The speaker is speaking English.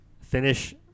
finish